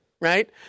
Right